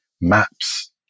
maps